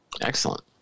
Excellent